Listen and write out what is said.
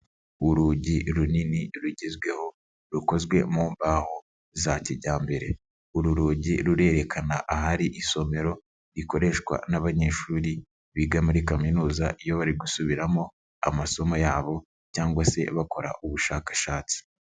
Urugi runini rugezweho, rukozwe mu mbaho za kijyambere, uru rugi rurerekana ahari isomero rikoreshwa n'abanyeshuri biga muri kaminuza, iyo bari gusubiramo amasomo yabo cyangwa se bakora ubushakashatsi.